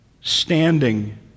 standing